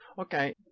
Okay